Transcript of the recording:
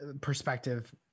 perspective